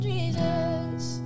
Jesus